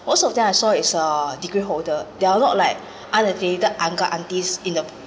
most of them I saw is uh degree holder there are a lot like uncle aunties in the